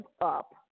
up